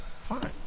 Fine